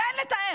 זה אין לתאר.